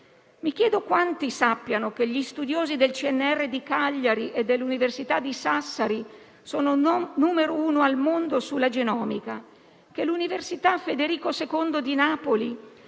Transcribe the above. Mi chiedo quanti sappiano che gli studiosi del CNR di Cagliari e dell'Università di Sassari sono numero uno al mondo sulla genomica; che l'Università Federico II di Napoli